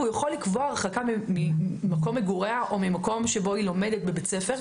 הוא יכול לקבוע הרחקה ממקום מגוריה או ממקום שבו היא לומדת בבית ספר.